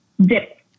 dip